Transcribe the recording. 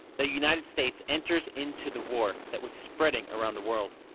the united states enters into the war that was spreading around the world.